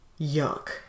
yuck